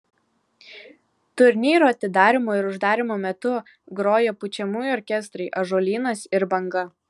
turnyro atidarymo ir uždarymo metu grojo pučiamųjų orkestrai ąžuolynas ir banga